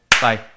Bye